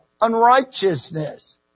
unrighteousness